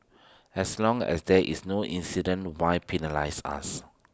as long as there is no incident why penalise us